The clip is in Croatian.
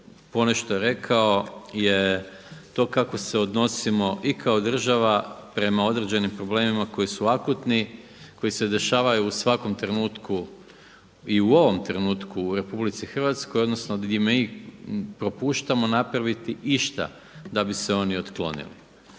ponešto rekao je to kako se odnosimo i kao država prema određenim problemima koji su akutni, koji se dešavaju u svakom trenutku i u ovom trenutku u RH, odnosno gdje mi propuštamo napraviti išta da bi se oni otklonili.